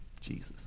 Jesus